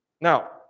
Now